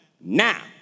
Now